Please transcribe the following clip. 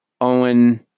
Owen